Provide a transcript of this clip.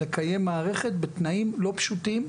לקיים מערכת בתנאים לא פשוטים,